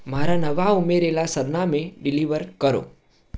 મારા નવા ઉમેરેલા સરનામે ડિલિવર કરો